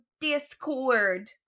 discord